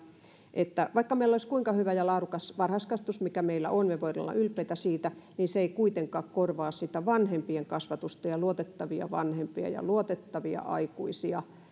että vaikka meillä olisi kuinka hyvä ja laadukas varhaiskasvatus mikä meillä on me voimme olla ylpeitä siitä niin se ei kuitenkaan korvaa sitä vanhempien kasvatusta ja luotettavia vanhempia ja luotettavia aikuisia